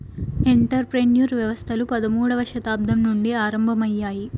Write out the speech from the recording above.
enter ప్రెన్యూర్ వ్యవస్థలు పదమూడవ శతాబ్దం నుండి ఆరంభమయ్యాయి